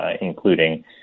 including